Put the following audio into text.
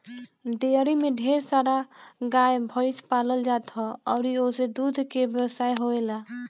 dairy में ढेर सारा गाए भइस पालल जात ह अउरी ओसे दूध के व्यवसाय होएला